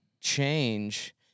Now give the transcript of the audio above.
change